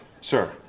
Sir